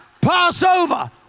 Passover